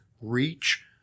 reach